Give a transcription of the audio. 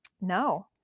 No